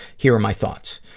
here are my thoughts,